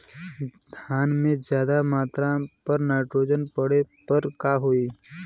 धान में ज्यादा मात्रा पर नाइट्रोजन पड़े पर का होई?